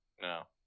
No